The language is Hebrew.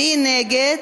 מי נגד?